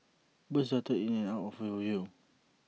birds darted in and out of our view